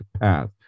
path